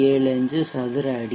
75 சதுர அடி